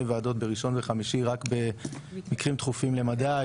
ועדות בראשון וחמישי רק במקרים דחופים למדי,